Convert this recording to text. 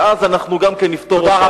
ואז אנחנו גם נפתור את הבעיה.